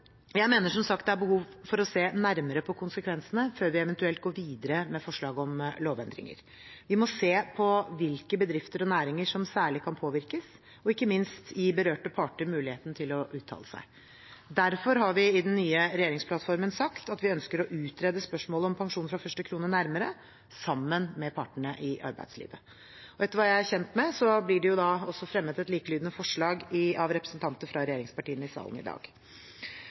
Jeg mener som sagt det er behov for å se nærmere på konsekvensene før vi eventuelt går videre med forslag om lovendringer. Vi må se på hvilke bedrifter og næringer som særlig kan påvirkes, og ikke minst gi berørte parter muligheten til å uttale seg. Derfor har vi i den nye regjeringsplattformen sagt at vi ønsker å utrede spørsmålet om pensjon fra første krone nærmere, sammen med partene i arbeidslivet. Etter hva jeg er kjent med, blir det også fremmet et likelydende forslag av representanter fra regjeringspartiene i salen i dag.